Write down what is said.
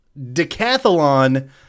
Decathlon